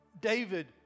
David